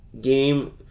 game